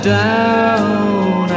down